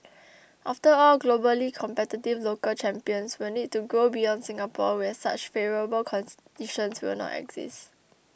after all globally competitive local champions will need to grow beyond Singapore where such favourable will not exist